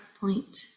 point